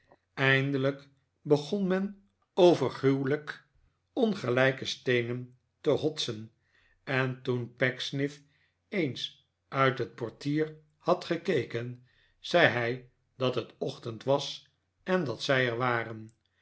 eindelijk begon men over gruwelijk ongelijke steenen te hotsen en toen pecksniff eens uit het portier had gekeken zei hij dat het ochtend was en dat zij er waren